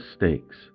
mistakes